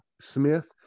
smith